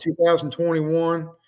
2021